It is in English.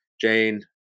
Jane